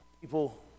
people